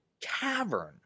cavern